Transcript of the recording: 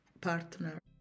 partner